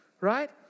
Right